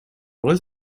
роль